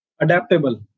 Adaptable